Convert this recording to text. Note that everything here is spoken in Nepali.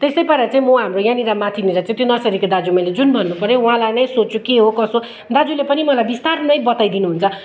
त्यसै पारा चाहिँ म हाम्रो यहाँनिर माथिनिर चाहिँ त्यो नर्सरीको दाजु मैले जुन भन्नु पऱ्यो उहाँलाई नै सोध्छु के हो कसो हो दाजुले पनि मलाई बिस्तारमै बताइदिनुहुन्छ